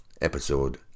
episode